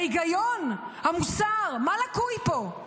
ההיגיון, המוסר, מה לקוי פה?